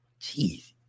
Jeez